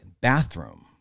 bathroom